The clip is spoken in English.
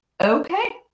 okay